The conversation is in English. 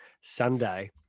Sunday